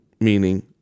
meaning